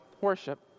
worship